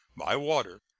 by water,